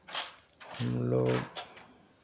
हम लोग